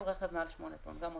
כל רכב מעל 8 טון, גם אוטובוסים.